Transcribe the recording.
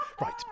Right